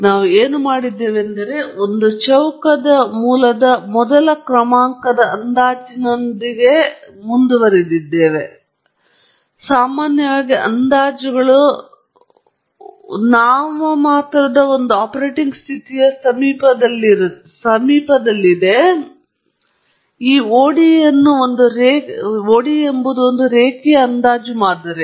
ಆದ್ದರಿಂದ ನಾವು ಏನು ಮಾಡಿದ್ದೇವೆಂದರೆ ನಾವು ಚೌಕದ ಮೂಲದ ಮೊದಲ ಕ್ರಮಾಂಕದ ಅಂದಾಜಿನೊಂದಿಗೆ ಅಂದಾಜು ಮಾಡಿದ್ದೇವೆ ಮತ್ತು ನಾವು ಅಂದಾಜು ಮಾಡುವಾಗ ಸಾಮಾನ್ಯವಾಗಿ ಅಂದಾಜುಗಳು ನಾಮಮಾತ್ರದ ಒಂದು ಆಪರೇಟಿಂಗ್ ಸ್ಥಿತಿಯ ಸಮೀಪದಲ್ಲಿದೆ ಮತ್ತು ಆದ್ದರಿಂದ ನಾವು ಈ ODE ಅನ್ನು ಒಂದು ರೇಖೀಯ ಅಂದಾಜು ಮಾದರಿ